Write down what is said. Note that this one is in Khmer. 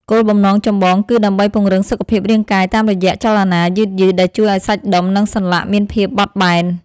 គោលបំណងចម្បងគឺដើម្បីពង្រឹងសុខភាពរាងកាយតាមរយៈចលនាយឺតៗដែលជួយឱ្យសាច់ដុំ និងសន្លាក់មានភាពបត់បែន។